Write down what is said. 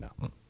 now